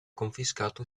confiscato